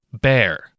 Bear